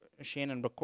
Shannon